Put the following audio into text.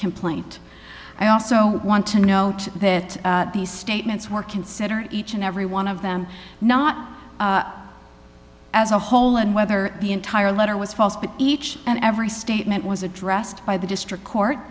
complaint i also want to note that these statements were consider each and every one of them not as a whole and whether the entire letter was false but each and every statement was addressed by the district court